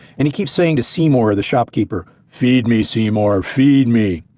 and he keeps saying to seymour the shopkeeper, feed me, seymour. feed me.